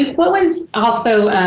what was also,